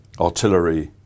artillery